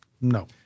No